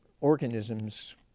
organisms